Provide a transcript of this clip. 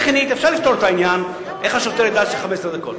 טכנית אפשר לפתור את הבעיה איך השוטר ידע שזה 15 דקות.